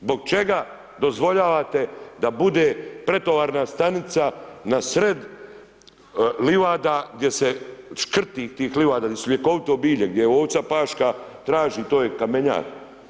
Zbog čega dozvoljavate da bude pretovarna stanica na sred livada gdje se, škrtih tih livada gdje su ljekovito bilje, gdje ovca paška traži, to je kamenjar.